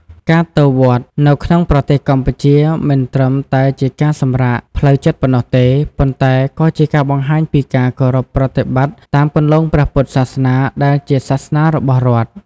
ការទៅវត្តនៅក្នុងប្រទេសកម្ពុជា មិនត្រឹមតែជាការសម្រាកផ្លូវចិត្តប៉ុណ្ណោះទេ ប៉ុន្តែក៏ជាការបង្ហាញពីការគោរពប្រតិបត្តិតាមគន្លងព្រះពុទ្ធសាសនាដែលជាសាសនារបស់រដ្ឋ។